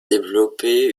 développé